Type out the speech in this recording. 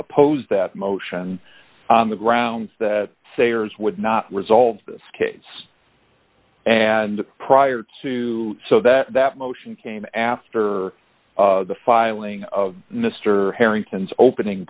opposed that motion on the grounds that sayers would not resolve skates and prior to so that that motion came after the filing of mr harrington's opening